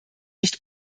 nicht